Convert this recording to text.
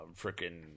freaking